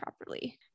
properly